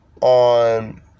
on